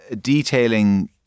detailing